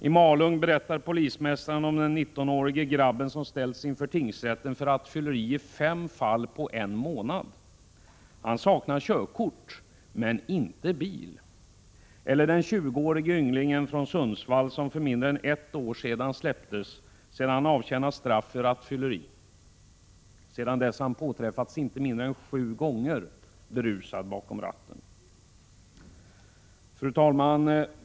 I Malung berättar polismästaren om den 19-årige pojken som ställdes inför tingsrätten i fem fall på en månad. Pojken saknar körkort, men inte bil. Ett annat exempel är den 20-årige ynglingen från Sundsvall som för mindre än ett år sedan släpptes efter att ha avtjänat straff för rattfylleri. Sedan dess har han påträffats berusad bakom ratten inte mindre än sju gånger. Fru talman!